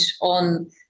on